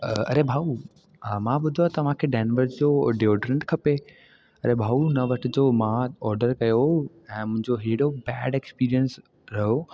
अरे भाऊ मां ॿुधो आहे तव्हां खे डेनवर्स जो डिओडरेंट खपे अरे भाऊ न वठिजो मां ऑडर कयो हो ऐं मुंहिंजो हेॾो बेड एक्सपीरियंस रहो